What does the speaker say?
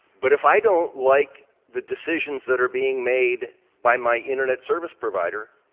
but if i don't like the decisions that are being made by my internet service provider,